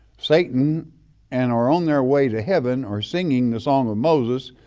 satan and are on their way to heaven or singing the song of moses,